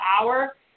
hour